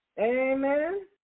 Amen